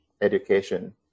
education